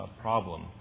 problem